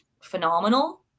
phenomenal